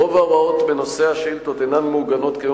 רוב ההוראות בנושא השאילתות אינן מעוגנות כיום